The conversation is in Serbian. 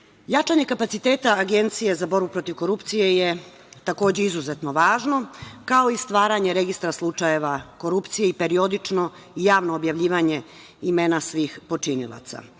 podršku. Jačanje kapaciteta Agencije za borbu protiv korupcije je, takođe, izuzetno važno, kao i stvaranje registra slučajeva korupcije i periodično javno objavljivanje imena svih počinilaca. Agencija